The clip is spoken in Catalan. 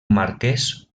marquès